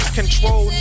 control